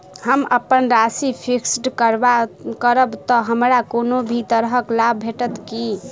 हम अप्पन राशि फिक्स्ड करब तऽ हमरा कोनो भी तरहक लाभ भेटत की?